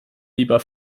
lieber